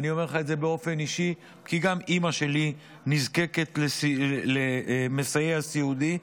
אני אומר לך את זה באופן אישי כי גם אימא שלי נזקקת למסייע סיעודי,